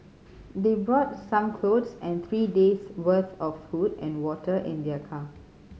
they brought some clothes and three days' worth of food and water in their car